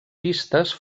pistes